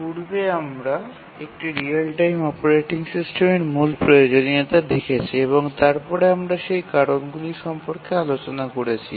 পূর্বে আমরা একটি রিয়েল টাইম অপারেটিং সিস্টেমের মূল প্রয়োজনীয়তা দেখেছি এবং তারপরে আমরা সেই কারণগুলি সম্পর্কে আলোচনা করেছি